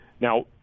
now